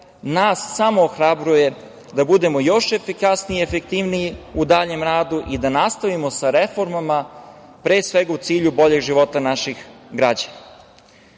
nas samo ohrabruje da budemo još efikasniji i efektivniji u daljem radu i da nastojimo sa reformama, pre svega u cilju boljeg života naših građana. Ono